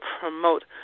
promote